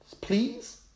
please